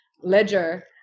Ledger